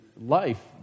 Life